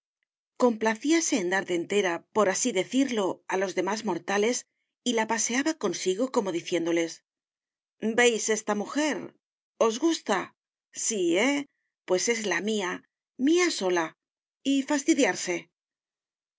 complacíase en dar dentera por así decirlo a los demás mortales y la paseaba consigo como diciéndoles veis esta mujer os gusta sí eh pues es la mía mía sola y fastidiarse